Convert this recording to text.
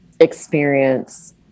experience